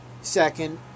Second